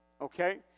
Okay